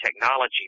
technology